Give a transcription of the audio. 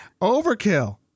overkill